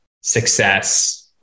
success